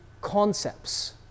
concepts